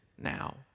now